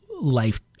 life